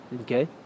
okay